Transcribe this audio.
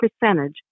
percentage